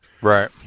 Right